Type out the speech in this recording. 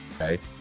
Okay